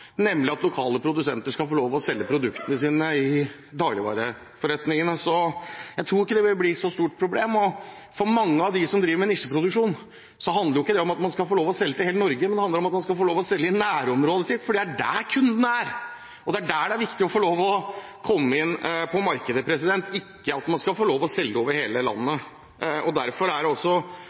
at lokale produsenter skal få lov til å selge produktene sine i dagligvareforretningene, så jeg tror ikke det vil bli et så stort problem. Og for mange av dem som driver med nisjeproduksjon, handler det jo ikke om at man skal få lov til å selge til hele Norge, men det handler om at man skal få lov til å selge i nærområdet sitt, for det er der kundene er. Det er der det er viktig å få lov til å komme inn på markedet – ikke at man skal få lov til å selge over hele landet. Derfor er jeg også